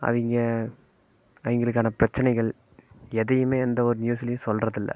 அவங்க அவங்களுக்கான பிரச்சினைகள் எதையுமே எந்த ஒரு நியூஸ்லையும் சொல்றதில்லை